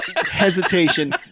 hesitation